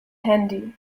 handy